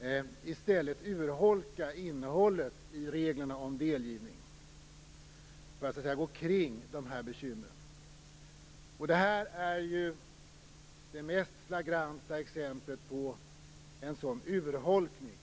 att urholka innehållet i reglerna om delgivning för att så att säga kringgå de här bekymren. Det här är det mest flagranta exemplet på en sådan urholkning.